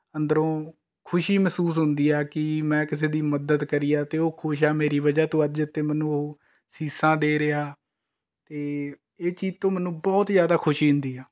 ਅੰਦਰੋਂ ਖੁਸ਼ੀ ਮਹਿਸੂਸ ਹੁੰਦੀ ਹੈ ਕਿ ਮੈਂ ਕਿਸੇ ਦੀ ਮਦਦ ਕਰੀ ਹੈ ਅਤੇ ਉਹ ਖੁਸ਼ ਹੈ ਮੇਰੀ ਵਜ੍ਹਾ ਤੋਂ ਅੱਜ ਇੱਥੇ ਮੈਨੂੰ ਉਹ ਅਸੀਸਾਂ ਦੇ ਰਿਹਾ ਅਤੇ ਇਹ ਚੀਜ਼ ਤੋਂ ਮੈਨੂੰ ਬਹੁਤ ਜ਼ਿਆਦਾ ਖੁਸ਼ੀ ਹੁੰਦੀ ਹੈ